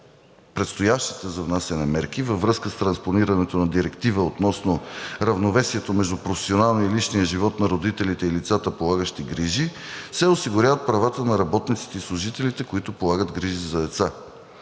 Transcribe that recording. с предстоящите за внасяне мерки във връзка с транспонирането на „Директивата относно равновесието между професионалния и личния живот на родителите и лицата, полагащи грижи“, се осигуряват правата на работниците и служителите, които полагат грижи за деца.